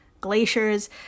glaciers